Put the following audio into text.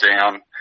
down